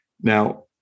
Now